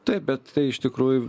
taip bet tai iš tikrųjų